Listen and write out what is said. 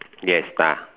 yes ah